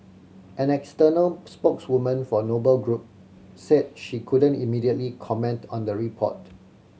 an external spokeswoman for Noble Group said she couldn't immediately comment on the report